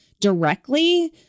Directly